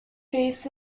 feasts